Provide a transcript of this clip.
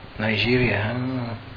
Nigeria